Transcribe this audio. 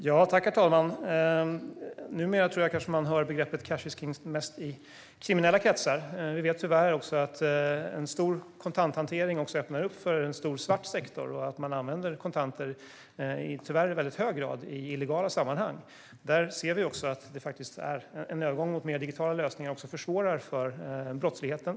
Herr talman! Numera hör man uttrycket "cash is king" kanske mest i kriminella kretsar. Vi vet tyvärr att en stor kontanthantering öppnar för en stor svart sektor. Tyvärr använder man i hög grad kontanter i illegala sammanhang. Vi ser att en övergång till digitala lösningar försvårar för brottsligheten.